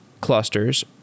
clusters